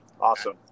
Awesome